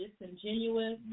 Disingenuous